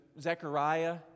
Zechariah